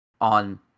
on